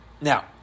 Now